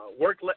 work